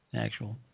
actual